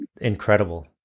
incredible